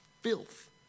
filth